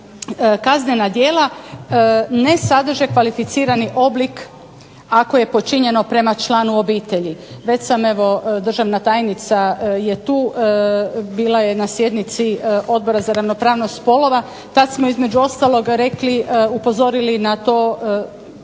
kaznena djela ne sadrže kvalificirani oblik ako je počinjeno prema članu obitelji. Već sam evo državna tajnica je tu, bila je na sjednici Odbora za ravnopravnost spolova. Tad smo između ostaloga rekli, upozorili na to da između